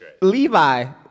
Levi